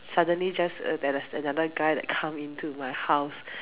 suddenly just uh there's another guy that come into my house